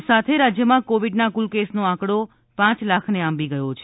આ સાથે રાજ્યમાં કોવિડના કુલ કેસનો આંકડો પાંચ લાખને આંબી ગયો છે